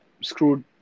screwed